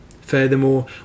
Furthermore